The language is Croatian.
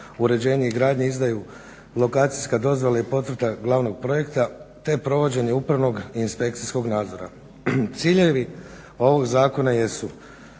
uređenju i gradnji izdaju lokacijska dozvola i potvrda glavnog projekta te provođenje upravnog i inspekcijskog nadzora. Ciljevi ovog zakona jesu: